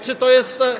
Czy to jest.